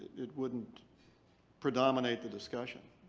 it wouldn't predominate the discussion.